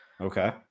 Okay